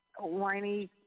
whiny